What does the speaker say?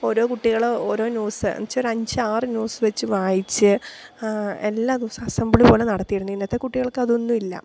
ഓരോ കുട്ടികള് ഓരോ ന്യൂസ് എന്നുവച്ചാല് ഒരഞ്ചാറ് ന്യൂസ് വെച്ചു വായിച്ച് എല്ലാ ദിവസവും അസംബ്ളി പോലെ നടത്തിയിരുന്നു ഇന്നത്തെ കുട്ടികൾക്ക് അതൊന്നും ഇല്ല